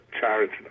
charity